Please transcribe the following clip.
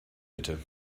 bitte